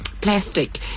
plastic